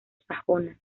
sajona